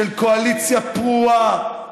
של קואליציה פרועה,